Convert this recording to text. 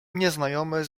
nieznajomy